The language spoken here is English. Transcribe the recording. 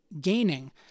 gaining